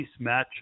matchup